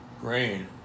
grain